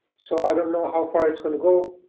so i don't know how far it's going to go.